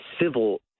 civil